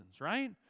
Right